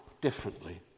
differently